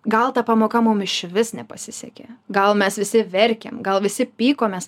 gal ta pamoka mum išvis nepasisekė gal mes visi verkėm gal visi pykomės